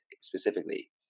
specifically